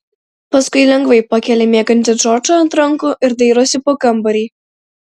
paskui lengvai pakelia miegantį džordžą ant rankų ir dairosi po kambarį